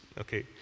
Okay